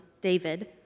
David